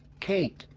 kate,